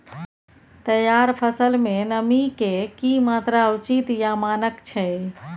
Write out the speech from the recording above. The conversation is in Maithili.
तैयार फसल में नमी के की मात्रा उचित या मानक छै?